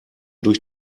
durch